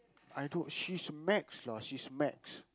I don't she's max lah she's max